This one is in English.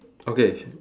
okay